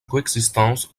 coexistence